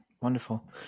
Wonderful